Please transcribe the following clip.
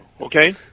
okay